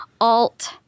alt